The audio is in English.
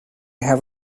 have